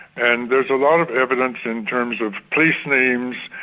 and there's a lot of evidence in terms of place names,